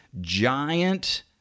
giant